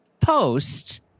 post